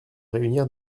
réunir